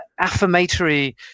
affirmatory